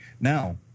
Now